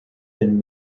been